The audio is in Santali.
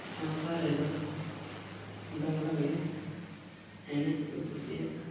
ᱥᱟᱶᱛᱟ ᱨᱮᱫᱚ ᱫᱚᱝ ᱞᱟᱜᱽᱬᱮ ᱮᱱᱮᱡ ᱠᱚ ᱠᱩᱥᱤᱭᱟᱜᱼᱟ